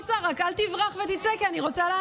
הוא היה נכס, הוא היה נכס.